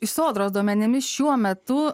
iš sodros duomenimis šiuo metu